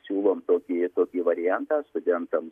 siūlom tokį tokį variantą studentams